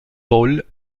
paul